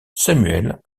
samuel